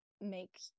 make